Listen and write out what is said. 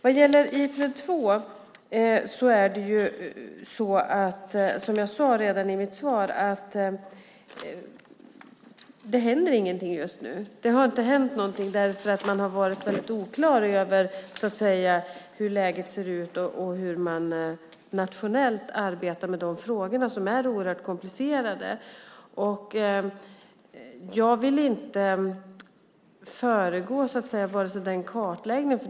Som jag sade i mitt svar händer det just nu ingenting när det gäller Ipred 2. Det har inte hänt något eftersom man har varit oklar över hur läget ser ut och hur man nationellt arbetar med dessa frågor som är oerhört komplicerade. Jag vill inte föregå den kartläggningen.